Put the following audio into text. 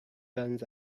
guns